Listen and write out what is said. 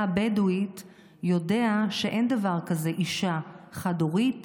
הבדואית יודע שאין דבר כזה אישה חד-הורית.